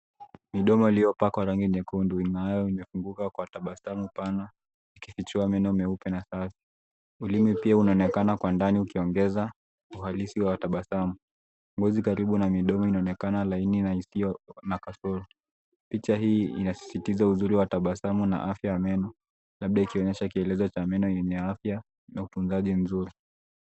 Midomo iliyopakwa rangi nyekundu ingaayo imefunguka kwa tabasamu pana, ikifichua meno meupe na safi. Ulimi pia unaonekana kwa ndani ukiongeza uhalisi wa tabasamu. Ngozi karibu na midomo inaonekana laini na isio na kasoro. Picha hii inasisitiza uzuri wa tabasamu na afya ya meno labda ikionyesha kielelezo cha meno yenye afya na utunzaji mzuri.